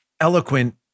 eloquent